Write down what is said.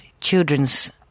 children's